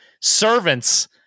servants